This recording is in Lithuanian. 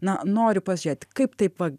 na noriu pažiūrėt kaip taip va